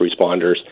responders